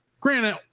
Granted